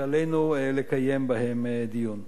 שעלינו לקיים בהן דיון.